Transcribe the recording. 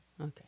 Okay